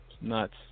nuts